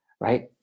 Right